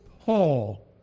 Paul